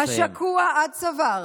השקוע עד צוואר,